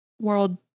world